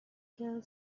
girl